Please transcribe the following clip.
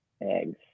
eggs